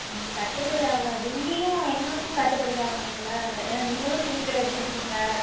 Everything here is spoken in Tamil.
ம் கட்டுப்படி ஆகாது இங்கேயும் எங்களுக்கும் கட்டுப்படி ஆகணுமில்ல ஏன்னா நீங்களும் துணிக்கடை வச்சியிருக்கீங்க